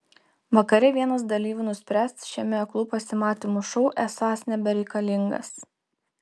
vakare vienas dalyvių nuspręs šiame aklų pasimatymų šou esąs nebereikalingas